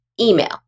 email